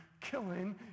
killing